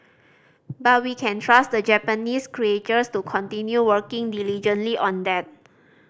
but we can trust the Japanese creators to continue working diligently on that